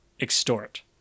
extort